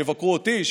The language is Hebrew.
שיבקרו אותי,